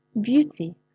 Beauty